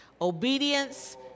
Obedience